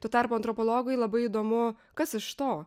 tuo tarpu antropologui labai įdomu kas iš to